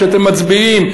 כשאתם מצביעים,